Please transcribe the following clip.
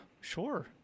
sure